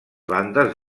bandes